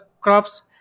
crops